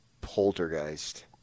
Poltergeist